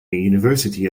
university